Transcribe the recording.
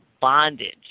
bondage